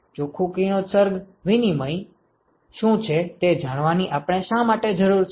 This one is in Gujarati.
ચોખ્ખું કિરણોત્સર્ગ વિનિમય શું છે તે જાણવાની આપણે શા માટે જરૂર છે